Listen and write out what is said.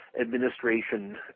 administration